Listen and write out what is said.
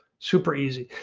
super easy.